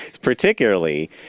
particularly